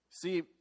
See